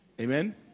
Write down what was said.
Amen